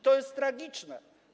To jest tragiczne.